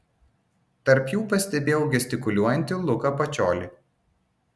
tarp jų pastebėjau gestikuliuojantį luką pačiolį